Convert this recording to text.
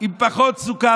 עם פחות סוכר?